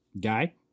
Guy